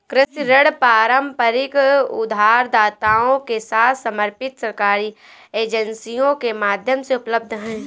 कृषि ऋण पारंपरिक उधारदाताओं के साथ समर्पित सरकारी एजेंसियों के माध्यम से उपलब्ध हैं